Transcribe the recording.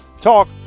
Talk